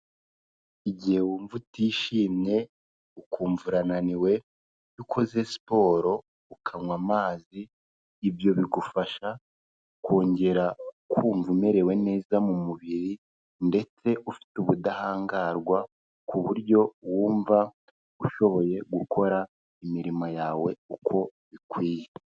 Igihe wumva utishimye, ukumva urananiwe, iyo ukoze siporo, ukanywa amazi, ibyo bigufasha kongera kumva umerewe neza mu mubiri ndetse ufite ubudahangarwa ku buryo wumva ushoboye gukora imirimo yawe uko bikwiye.